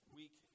week